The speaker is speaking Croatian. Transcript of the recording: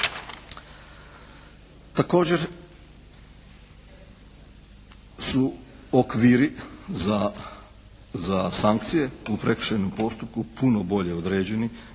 Također su okviri za sankcije u prekršajnom postupku puno bolje određeni.